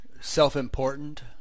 self-important